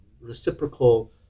reciprocal